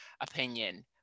opinion